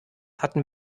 hatten